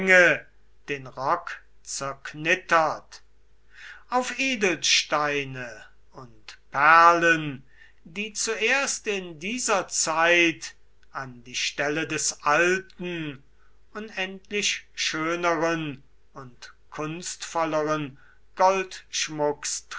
den rock zerknittert auf edelsteine und perlen die zuerst in dieser zeit an die stelle des alten unendlich schöneren und kunstvolleren goldschmucks